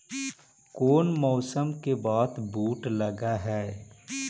कोन मौसम के बाद बुट लग है?